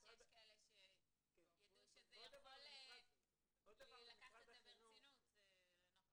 שיש כאלה שיידעו שאפשר לקחת את זה ברצינות נוכח